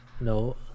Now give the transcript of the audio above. No